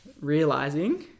realizing